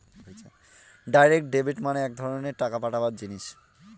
direct debit মানে এক ধরনের টাকা পাঠাবার জিনিস